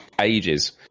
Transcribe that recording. ages